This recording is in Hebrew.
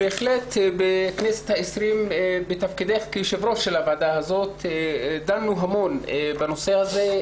בהחלט בכנסת העשרים בתפקידך כיושבת-ראש הוועדה הזאת דנו המון בנושא הזה.